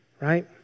right